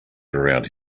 around